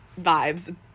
vibes